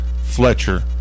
Fletcher